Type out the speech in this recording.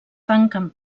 tanquen